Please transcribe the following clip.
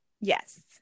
Yes